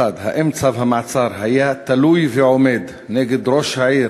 האם צו המעצר היה תלוי ועומד נגד ראש העיר